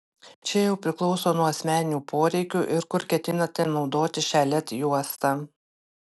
čia jau priklauso nuo asmeninių poreikių ir kur ketinate naudoti šią led juostą